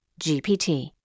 GPT